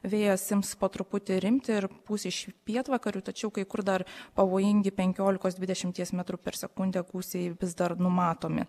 vėjas ims po truputį rimti ir pūs iš pietvakarių tačiau kai kur dar pavojingi penkiolikos dvidešimties metrų per sekundę gūsiai vis dar numatomi